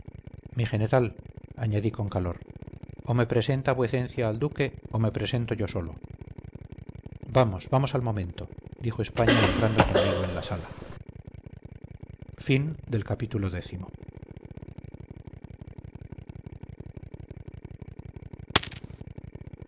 mi general añadí con calor o me presenta vuecencia al duque o me presento yo solo vamos vamos al momento dijo españa entrando conmigo en la sala